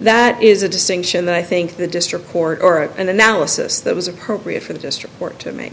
that is a distinction that i think the district court or an analysis that was appropriate for the district court to me